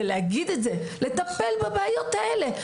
להגיד את הדברים האלה וכדי לטפל בבעיות האלה.